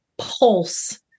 pulse